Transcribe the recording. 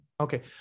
Okay